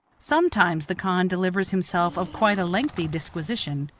sometimes the khan delivers himself of quite a lengthy disquisition,